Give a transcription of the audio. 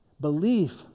Belief